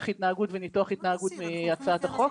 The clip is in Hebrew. התנהגות וניתוח התנהגות מהצעת החוק.